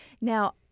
now